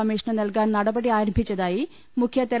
commission നൽകാൻ നട പടി ആരം ഭിച്ച തായി മുഖ്യ തെര